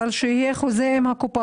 אבל צריך שזה יהיה כבר יחד עם חוזה עם הקופה